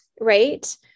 right